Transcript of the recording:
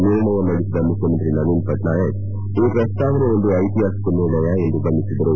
ನಿರ್ಣಯ ಮಂಡಿಸಿದ ಮುಖ್ಯಮಂತ್ರಿ ನವೀನ್ ಪಟ್ಯಾಯಕ್ ಈ ಪ್ರಸ್ತಾವನೆ ಒಂದು ಐತಿಹಾಸಿಕ ನಿರ್ಣಯ ಎಂದು ಬಣ್ಣಿಸಿದರು